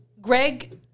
Greg